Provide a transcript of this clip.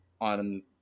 on